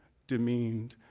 demeaned,